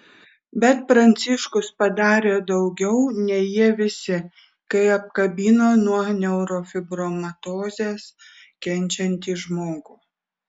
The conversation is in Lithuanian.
bet pranciškus padarė daugiau nei jie visi kai apkabino nuo neurofibromatozės kenčiantį žmogų